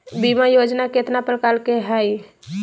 बीमा योजना केतना प्रकार के हई हई?